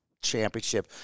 championship